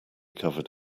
covered